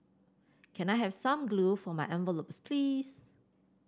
can I have some glue for my envelopes please